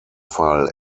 fall